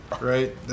right